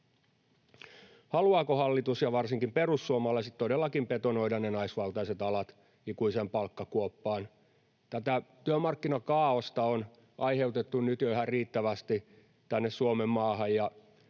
Haluaako hallitus ja varsinkin perussuomalaiset todellakin betonoida naisvaltaiset alat ikuiseen palkkakuoppaan? Tätä työmarkkinakaaosta on aiheutettu nyt jo ihan riittävästi tänne Suomenmaahan.